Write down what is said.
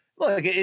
Look